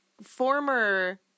former